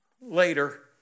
later